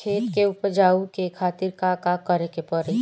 खेत के उपजाऊ के खातीर का का करेके परी?